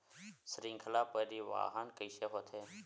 श्रृंखला परिवाहन कइसे होथे?